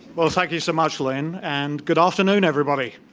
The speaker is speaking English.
well, thank you so much, lynne, and good afternoon, everybody.